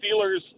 Steelers